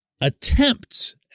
attempts